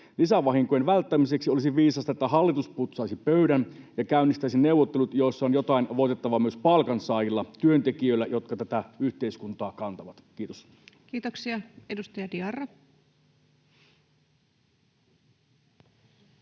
Lisävahinkojen välttämiseksi olisi viisasta, että hallitus putsaisi pöydän ja käynnistäisi neuvottelut, joissa on jotain voitettavaa myös palkansaajilla, työntekijöillä, jotka tätä yhteiskuntaa kantavat. — Kiitos. Kiitoksia. — Edustaja Diarra.